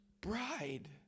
bride